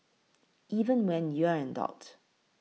even when you're an adult